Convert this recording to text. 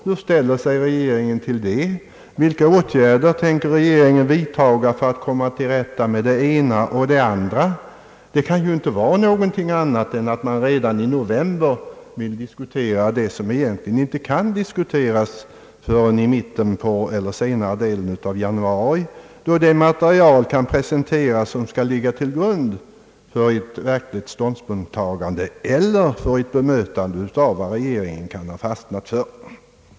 Hur ställer sig regeringen till det, vilka åtgärder tänker regeringen vidtaga för att komma till rätta med det ena eller det andra ?— sådana frågor kan ju inte komma av annat än en önskan att redan i november vilja diskutera det som egentligen inte kan diskuteras förrän i mitten på eller i senare delen av januari. Då först kan det material presenteras som skall ligga till grund för ett verkligt ståndpunktstagande eller för ett bemötande av vad regeringen kan ha fastnat för.